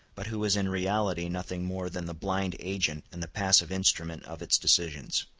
but who is in reality nothing more than the blind agent and the passive instrument of its decisions.